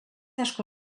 asko